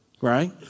right